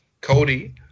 Cody